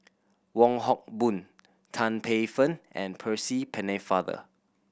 Wong Hock Boon Tan Paey Fern and Percy Pennefather